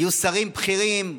היו שרים בכירים,